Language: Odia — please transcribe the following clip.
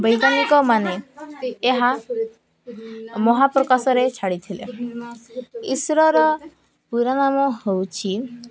ବୈଜ୍ଞାନିକମାନେ ଏହା ମହାକାଶରେ ଛାଡ଼ିଥିଲେ ଇସ୍ରୋର ପୁରା ନାମ ହେଉଛି